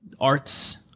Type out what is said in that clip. arts